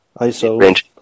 iso